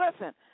listen